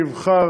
יבחר,